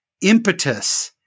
impetus